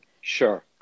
Sure